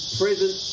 present